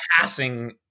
passing